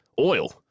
oil